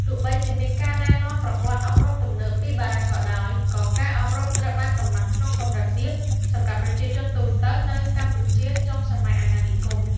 ទោះបីជាមានការណែនាំប្រព័ន្ធអប់រំទំនើបពីបារាំងក៏ដោយ ក៏ការអប់រំត្រូវបានកំណត់ក្នុងកម្រិតទាបសម្រាប់ប្រជាជនទូទៅនៅកម្ពុជាចុងសម័យអាណានិគម។